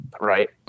right